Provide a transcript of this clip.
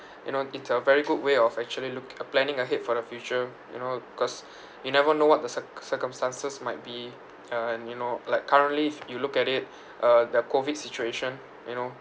you know it's a very good way of actually look uh planning ahead for the future you know cause you never know what the cir~ circumstances might be uh and you know like currently if you look at it uh the COVID situation you know